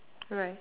alright